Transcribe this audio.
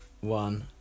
one